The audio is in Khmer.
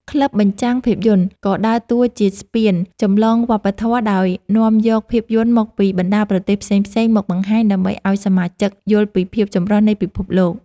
ក្លឹបបញ្ចាំងភាពយន្ត ក៏ដើរតួជាស្ពានចម្លងវប្បធម៌ ដោយនាំយកភាពយន្តមកពីបណ្ដាប្រទេសផ្សេងៗមកបង្ហាញ ដើម្បីឱ្យសមាជិកយល់ពីភាពចម្រុះនៃពិភពលោក។